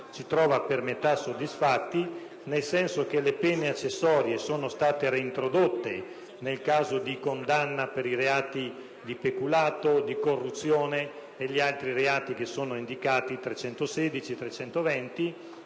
ci trova per metà soddisfatti, nel senso che le pene accessorie sono state reintrodotte nel caso di condanna per i reati di peculato, corruzione e gli altri indicati dagli articoli 316 a 320